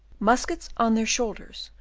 muskets on their shoulders,